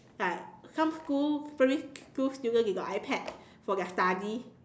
like some school primary school student they got iPad for their studies